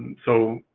so,